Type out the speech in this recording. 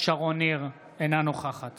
אינה נוכחת